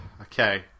Okay